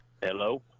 Hello